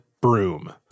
broom